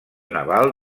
naval